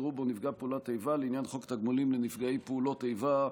יראו בו נפגע פעולות איבה לעניין חוק התגמולים לנפגעי פעולות איבה,